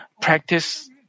practice